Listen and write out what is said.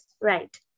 right